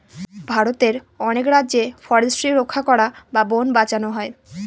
ভারতের অনেক রাজ্যে ফরেস্ট্রি রক্ষা করা বা বোন বাঁচানো হয়